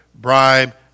bribe